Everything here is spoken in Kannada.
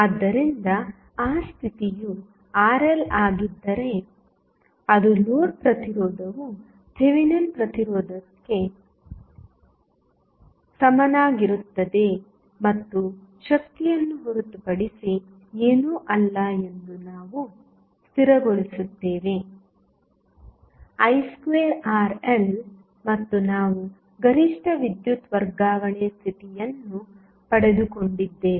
ಆದ್ದರಿಂದ ಆ ಸ್ಥಿತಿಯು RL ಆಗಿದ್ದರೆ ಅದು ಲೋಡ್ ಪ್ರತಿರೋಧವು ಥೆವೆನಿನ್ ಪ್ರತಿರೋಧಕ್ಕೆ ಸಮನಾಗಿರುತ್ತದೆ ಮತ್ತು ಶಕ್ತಿ ಅನ್ನು ಹೊರತುಪಡಿಸಿ ಏನೂ ಅಲ್ಲ ಎಂದು ನಾವು ಸ್ಥಿರಗೊಳಿಸುತ್ತೇವೆ i2RL ಮತ್ತು ನಾವು ಗರಿಷ್ಠ ವಿದ್ಯುತ್ ವರ್ಗಾವಣೆ ಸ್ಥಿತಿಯನ್ನು ಪಡೆದುಕೊಂಡಿದ್ದೇವೆ